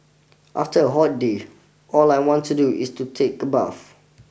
after a hot day all I want to do is to take a bath